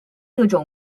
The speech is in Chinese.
各种